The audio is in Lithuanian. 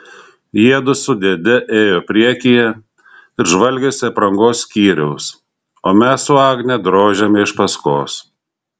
jiedu su dėde ėjo priekyje ir žvalgėsi aprangos skyriaus o mes su agne drožėme iš paskos